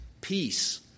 peace